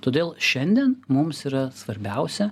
todėl šiandien mums yra svarbiausia